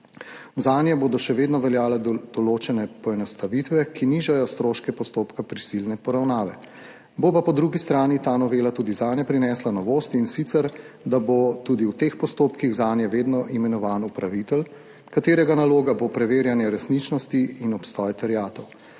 Zanje bodo še vedno veljale določene poenostavitve, ki nižajo stroške prisilne poravnave. Bo pa po drugi strani ta novela tudi zanje prinesla novosti, in sicer bo tudi v teh postopkih zanje vedno imenovan upravitelj, katerega naloga bo preverjanje resničnosti in obstoj terjatev.